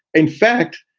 in fact,